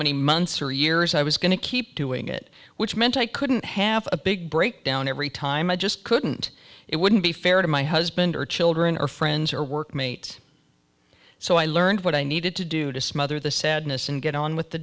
many months or years i was going to keep doing it which meant i couldn't have a big breakdown every time i just couldn't it wouldn't be fair to my husband or children or friends or work mates so i learned what i needed to do to smother the sadness and get on with the